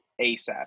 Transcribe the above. ASAP